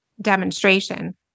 demonstration